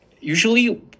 usually